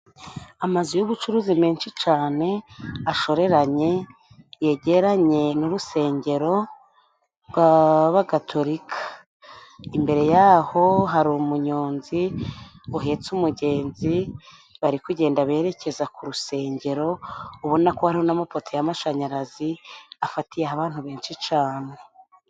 Amazu y'ubucuruzi menshi cane ashoreranye, yegeranye n'urusengero rw'abagatolika, imbere yaho hari umunyonzi uhetse umugenzi, bari kugenda berekeza ku rusengero, ubona ko hari n'amapoto y'amashanyarazi, afatiyeho abantu benshi cane.